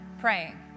praying